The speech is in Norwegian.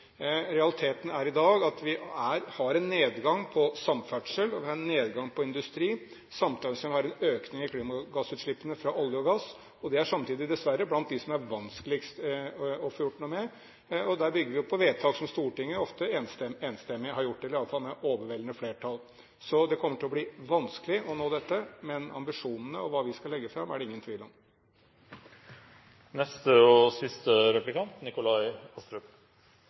Realiteten er i dag at vi har en nedgang på samferdsel, og vi har en nedgang på industri, samtidig som vi har en økning i klimagassutslippene fra olje og gass, og de er dessverre blant dem som er vanskeligst å få gjort noe med. Der bygger vi på vedtak som Stortinget ofte enstemmig har gjort, eller i alle fall med overveldende flertall. Så det kommer til å bli vanskelig å nå dette, men ambisjonene og hva vi skal legge fram, er det ingen tvil